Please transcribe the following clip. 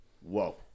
whoa